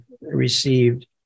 received